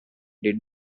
did